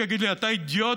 שיגיד לי: אתה אידיוט,